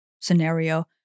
scenario